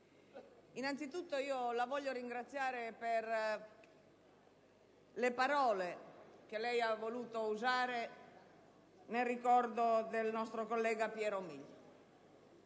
innanzitutto la voglio ringraziare per le parole che ha voluto usare nel ricordo del nostro collega Piero Milio.